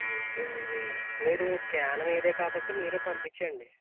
అది మీరు క్యాను మీదే కాబట్టి మీరే పంపించండి